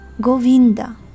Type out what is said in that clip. Govinda